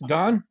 Don